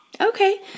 Okay